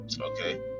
okay